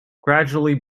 gradually